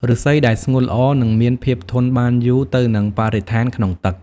ឫស្សីដែលស្ងួតល្អនឹងមានភាពធន់បានយូរទៅនឹងបរិស្ថានក្នុងទឹក។